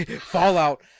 Fallout